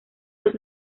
dos